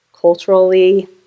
culturally